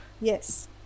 yes